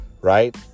right